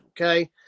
okay